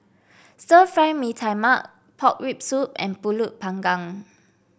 Stir Fry Mee Tai Mak Pork Rib Soup and pulut Panggang